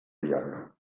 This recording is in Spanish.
diablo